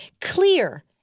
clear